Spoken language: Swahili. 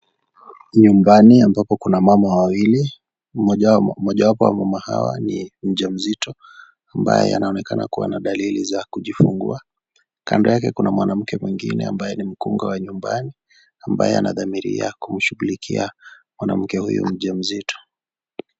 Nyumbani ambapo kuna mama wawili, mmojwapo ya wamama hawa ni mjamzito ambaye anaonekana kuwa na dalili za kujifungua. Kando yake kuna mwanamke mwingine ambaye ni mkunga wa nyumbani ambaye anadhamiria kumshughulikia mwanamke huyu mjamzito.